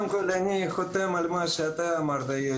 אני חותם על מה שאתה אמרת,